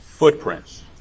Footprints